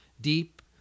deep